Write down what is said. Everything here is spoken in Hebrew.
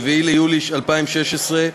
4 ביולי 2016,